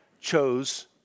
chose